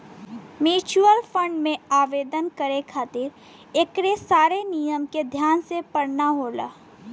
mutual fund में आवेदन करे खातिर एकरे सारा नियम के ध्यान से पढ़ना होला